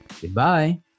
Goodbye